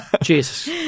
Jesus